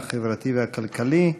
החברתי והכלכלי.